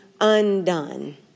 undone